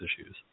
issues